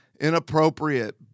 inappropriate